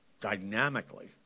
dynamically